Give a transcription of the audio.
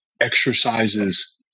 exercises